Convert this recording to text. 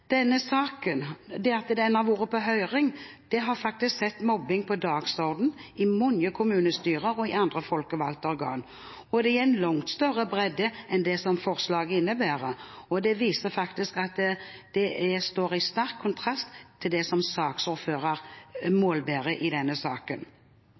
denne saken har vært på høring, har satt mobbing på dagsordenen i mange kommunestyrer og i andre folkevalgte organer, og det i en langt større bredde enn det som forslaget innebærer. Det viser at det står i sterk kontrast til det som saksordføreren målbærer i denne saken.